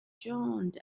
yawned